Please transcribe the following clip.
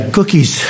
Cookies